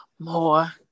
More